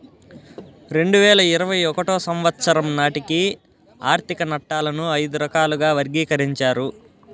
రెండు వేల ఇరవై ఒకటో సంవచ్చరం నాటికి ఆర్థిక నట్టాలను ఐదు రకాలుగా వర్గీకరించారు